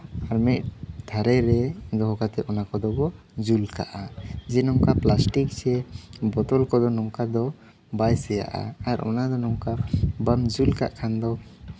ᱟᱨ ᱢᱤᱫ ᱫᱷᱟᱨᱮ ᱨᱮ ᱫᱚᱦᱚ ᱠᱟᱛᱮ ᱚᱱᱟ ᱠᱚᱫᱚ ᱠᱚ ᱡᱩᱞ ᱠᱟᱜᱼᱟ ᱡᱮ ᱯᱞᱟᱥᱴᱤᱠ ᱥᱮ ᱵᱳᱛᱚᱞ ᱠᱚᱫᱚ ᱱᱚᱝᱠᱟ ᱫᱚ ᱵᱟᱭ ᱥᱮᱭᱟᱜᱼᱟ ᱟᱨ ᱚᱱᱟᱫᱚ ᱱᱚᱝᱠᱟ ᱵᱟᱢ ᱡᱩᱞ ᱠᱟᱜ ᱠᱷᱟᱱ ᱫᱚ